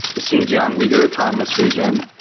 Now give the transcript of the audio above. the xinjiang uyghur autonomous region,